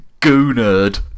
Goonerd